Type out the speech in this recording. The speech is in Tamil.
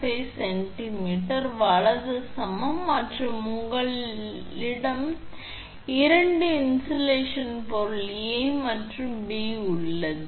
5 சென்டிமீட்டர் வலது சமம் மற்றும் உங்களிடம் இரண்டு இன்சுலேடிங் பொருள் ஏ மற்றும் பி உள்ளது